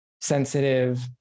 sensitive